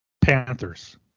Panthers